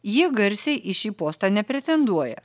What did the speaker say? jie garsiai į šį postą nepretenduoja